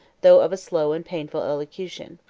though of a slow and painful elocution.